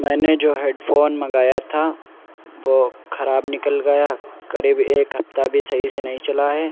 میں نے جو ہیڈ فون منگایا تھا وہ خراب نکل گیا قریب ایک ہفتہ بھی صحیح سے نہیں چلا ہے